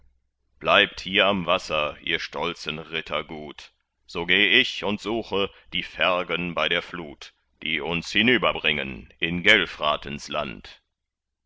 bleibt hier am wasser ihr stolzen ritter gut so geh ich und suche die fergen bei der flut die uns hinüber bringen in gelfratens land